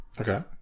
Okay